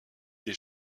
des